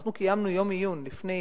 אנחנו קיימנו יום עיון לפני